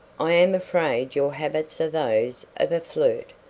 i am afraid your habits are those of a flirt,